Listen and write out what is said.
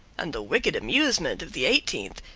and the wicked amusement of the eighteenth,